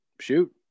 shoot